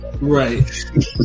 Right